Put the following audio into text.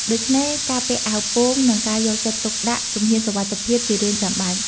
ដូច្នេះការពាក់អាវពោង និងការយកចិត្តទុកដាក់ជំហានសុវត្ថិភាពជារឿងចាំបាច់។